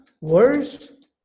worse